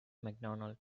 macdonald